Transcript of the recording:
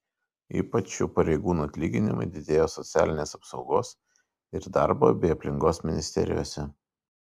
ypač šių pareigūnų atlyginimai didėjo socialinės apsaugos ir darbo bei aplinkos ministerijose